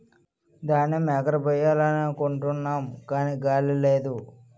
ధాన్యేమ్ ఎగరబొయ్యాలనుకుంటున్నాము గాని గాలి లేదు